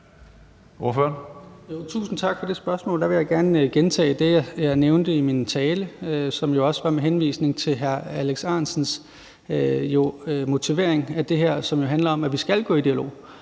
Tusind tak for det spørgsmål. Der vil jeg gerne gentage det, jeg nævnte i min tale, som jo også var med henvisning til hr. Alex Ahrendtsens motivering af det her, og som handler om, at vi skal gå i dialog